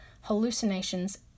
hallucinations